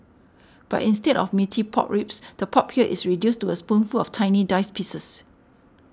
but instead of meaty pork ribs the pork here is reduced was a spoonful of tiny diced pieces